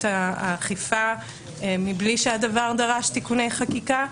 האכיפה מבלי שהדבר דרש תיקוני חקיקה.